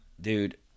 Dude